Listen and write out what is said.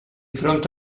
fronte